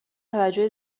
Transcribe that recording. توجه